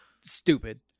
Stupid